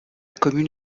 commune